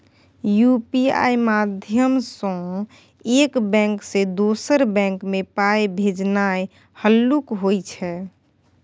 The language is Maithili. यु.पी.आइ माध्यमसँ एक बैंक सँ दोसर बैंक मे पाइ भेजनाइ हल्लुक होइ छै